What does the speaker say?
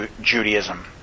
Judaism